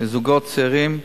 לזוגות צעירים.